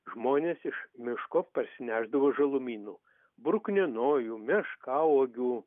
žmonės iš miško parsinešdavo žalumynų bruknienojų meškauogių